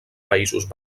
països